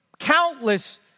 Countless